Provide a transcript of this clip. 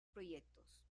proyectos